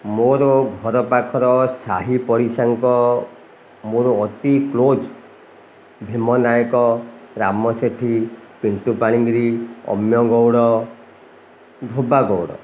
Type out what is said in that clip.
ମୋର ଘର ପାଖର ସାହି ପଡ଼ିଶାଙ୍କ ମୋର ଅତି କ୍ଲୋଜ୍ ଭୀମ ନାୟକ ରାମ ସେଠୀ ପିଣ୍ଟୁ ପାଣିଗିରି ଅମୀୟ ଗଉଡ଼ ଧୋବା ଗଉଡ଼